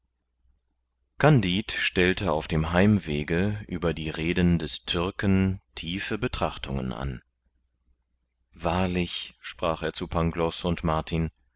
kandid stellte auf dem heimwege über die reden des türken tiefe betrachtungen an wahrlich sprach er zu pangloß und martin